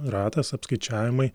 ratas apskaičiavimai